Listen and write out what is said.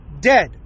dead